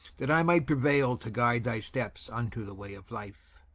that i might prevail to guide thy steps unto the way of life,